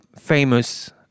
famous